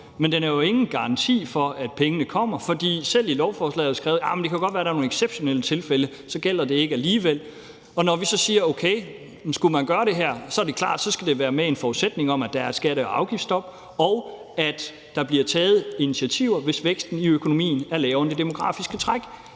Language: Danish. men den er jo ingen garanti for, at pengene kommer, for selv i lovforslaget har man skrevet, at det godt kan være, at der er nogle exceptionelle tilfælde, hvor det ikke gælder alligevel. Når vi så siger, at hvis man skal gøre det her, er det klart, at det skal være med en forudsætning om, at der er et skatte- og afgiftsstop, og at der bliver taget initiativer, hvis væksten i økonomien er lavere end det demografiske træk.